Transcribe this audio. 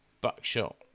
buckshot